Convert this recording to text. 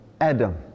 Adam